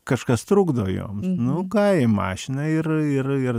kažkas trukdo joms nu ką į mašiną ir ir ir